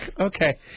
Okay